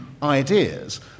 ideas